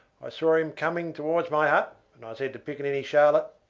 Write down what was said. i saw him coming towards my hut, and i said to piccaninny charlotte,